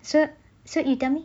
so so you tell me